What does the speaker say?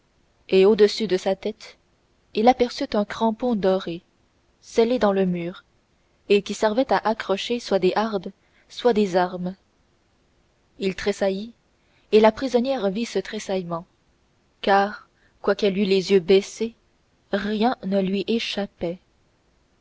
et au-dessus de sa tête il aperçut un crampon doré scellé dans le mur et qui servait à accrocher soit des hardes soit des armes il tressaillit et la prisonnière vit ce tressaillement car quoiqu'elle eût les yeux baissés rien ne lui échappait